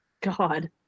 god